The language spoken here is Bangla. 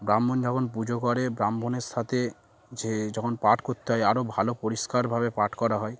ব্রাহ্মণ যখন পুজো করে ব্রাহ্মণের সাথে যে যখন পাঠ করতে হয় আরও ভালো পরিষ্কারভাবে পাঠ করা হয়